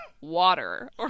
water